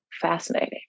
fascinating